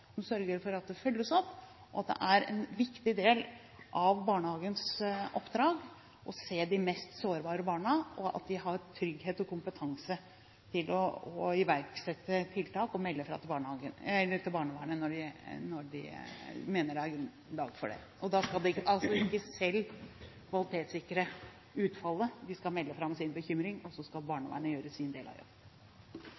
som sørger for at det følges opp, at vi peker på at det er en viktig del av barnehagens oppdrag å se de mest sårbare barna, og at de har trygghet og kompetanse til å iverksette tiltak og melde fra til barnevernet når de mener det er grunnlag for det. Da skal de altså ikke selv kvalitetssikre utfallet, de skal melde fra om sin bekymring, og så skal